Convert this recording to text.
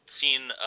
seen